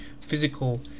Physical